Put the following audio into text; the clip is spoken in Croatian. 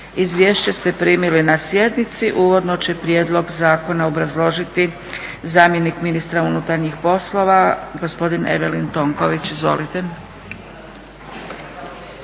Izvješće ste primili na sjednici. Uvodno će prijedlog zakona obrazložiti zamjenik ministra unutarnjih poslova, gospodin Evelin Tonković. Izvolite.